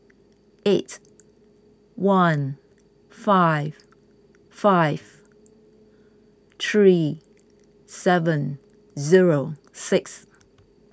eight one five five three seven zero six